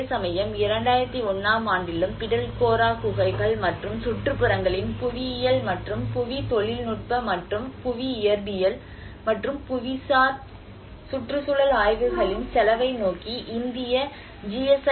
அதேசமயம் 2001 ஆம் ஆண்டிலும் பிட்டல்கோரா குகைகள் மற்றும் சுற்றுப்புறங்களின் புவியியல் மற்றும் புவி தொழில்நுட்ப மற்றும் புவி இயற்பியல் மற்றும் புவிசார் சுற்றுச்சூழல் ஆய்வுகளின் செலவை நோக்கி இந்திய ஜி